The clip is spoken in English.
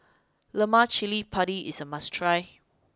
Lemak Cili Padi is a must try